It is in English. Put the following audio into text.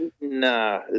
Nah